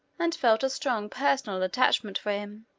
and felt a strong personal attachment for him.